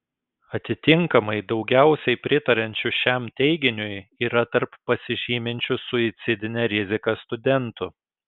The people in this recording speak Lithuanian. atitinkamai daugiausiai pritariančių šiam teiginiui yra tarp pasižyminčių suicidine rizika studentų